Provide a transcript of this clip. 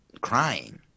crying